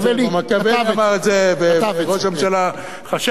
מקיאוולי אמר את זה, וראש הממשלה חשב את זה.